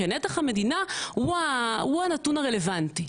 שנתח המדינה הוא הנתון הרלוונטי,